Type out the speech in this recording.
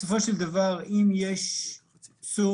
בסופו של דבר, אם יש צורך